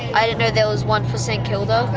i didn't know there was one for saint kilda,